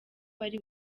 bari